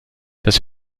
das